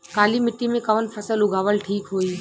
काली मिट्टी में कवन फसल उगावल ठीक होई?